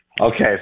Okay